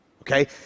okay